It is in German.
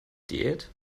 diät